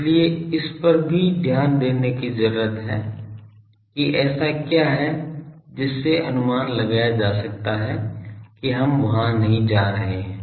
इसलिए इस पर भी ध्यान देने की जरूरत है कि ऐसा क्या है जिससे अनुमान लगाया जा सकता है कि हम वहां नहीं जा रहे हैं